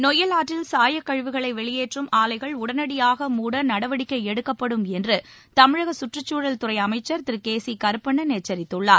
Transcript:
நொய்யலாற்றில் சாயக் கழிவுகளை வெளியேற்றும் ஆலைகளை உடனடியாக மூட நடவடிக்கை எடுக்கப்படும் என்று தமிழக சுற்றுச்சூழல் துறை அமைச்சர் திரு கே சி கருப்பண்ணன் எச்சரித்துள்ளார்